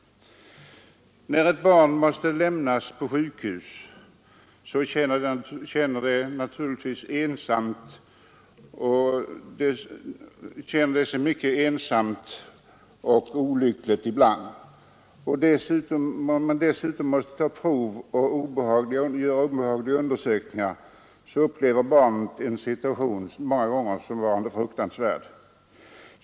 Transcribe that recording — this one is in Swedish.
När ett barn måste lämnas på sjukhus känner det sig naturligtvis mycket ensamt och olyckligt ibland. Om man dessutom måste ta prov och göra obehagliga undersökningar upplever barnet många gånger situationen som fruktansvärd.